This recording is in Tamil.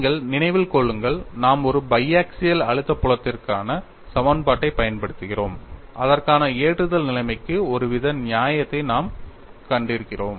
நீங்கள் நினைவில் கொள்ளுங்கள் நாம் ஒரு பைஆக்சியல் அழுத்த புலத்திற்கான சமன்பாட்டைப் பயன்படுத்துகிறோம் அதற்கான ஏற்றுதல் நிலைமைக்கு ஒரு வித நியாயத்தை நாம் கண்டிருக்கிறோம்